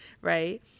right